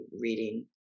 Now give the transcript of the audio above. reading